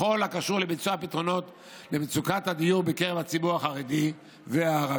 בכל הקשור לביצוע הפתרונות למצוקת הדיור בקרב הציבור החרדי והערבי.